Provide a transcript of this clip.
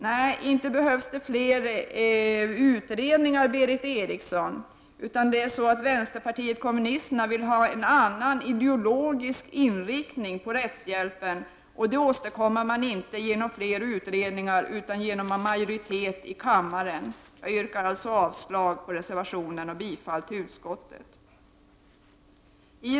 Nej, inte behövs det fler utredningar, Berith Eriksson. Vpk vill ha en annan ideologisk inriktning på rättshjälpen, och det åstadkommer man inte genom flera utredningar utan genom majoritet i den här kammaren. Jag yrkar alltså avslag på reservationen och bifall till utskottets förslag.